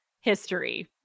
history